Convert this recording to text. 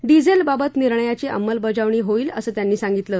डिझेलबाबत निर्णयाची अंमलबजावणी होईल असं त्यांनी सांगितलं